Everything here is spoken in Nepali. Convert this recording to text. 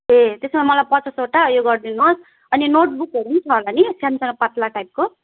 ए त्यसो भए मलाई पचासवटा उयो गरिदिनुहोस् अनि नोटबुकहरू पनि छ होला नि सानो सानो पात्ला टाइपको